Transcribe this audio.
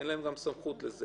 אין להם גם סמכות לזה.